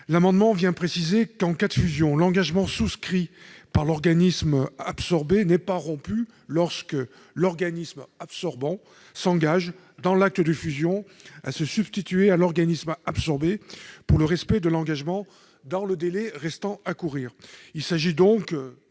L'amendement vise à préciser que, en cas de fusion, l'engagement souscrit par l'organisme absorbé n'est pas rompu lorsque l'organisme absorbant s'engage, dans l'acte de fusion, à se substituer à l'organisme absorbé pour le respect de l'engagement dans le délai restant à courir.